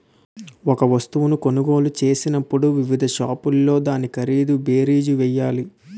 ఒక వస్తువును కొనుగోలు చేసినప్పుడు వివిధ షాపుల్లో దాని ఖరీదు బేరీజు వేయాలి